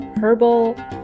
herbal